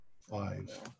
Five